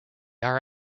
are